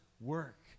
work